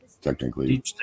technically